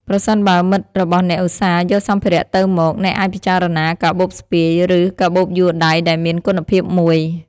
ប្រសិនបើមិត្តរបស់អ្នកឧស្សាហ៍យកសម្ភារៈទៅមក អ្នកអាចពិចារណា កាបូបស្ពាយ ឬកាបូបយួរដៃដែលមានគុណភាពមួយ។